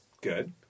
good